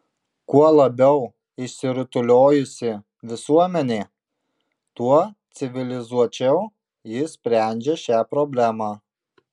kuo labiau išsirutuliojusi visuomenė tuo civilizuočiau ji sprendžia šią problemą